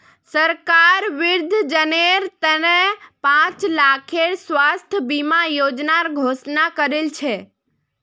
सरकार वृद्धजनेर त न पांच लाखेर स्वास्थ बीमा योजनार घोषणा करील छ